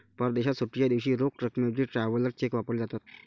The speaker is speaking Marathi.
परदेशात सुट्टीच्या दिवशी रोख रकमेऐवजी ट्रॅव्हलर चेक वापरले जातात